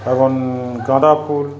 এবং গাঁদাফুল